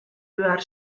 behar